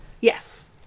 Yes